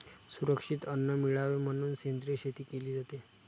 सुरक्षित अन्न मिळावे म्हणून सेंद्रिय शेती केली जाते